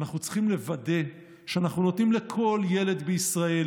אנחנו צריכים לוודא שאנחנו נותנים לכל ילד בישראל,